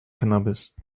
cannabis